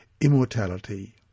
immortality